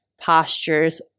postures